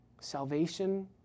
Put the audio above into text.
Salvation